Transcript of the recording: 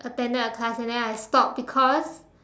attended a class and then I stop because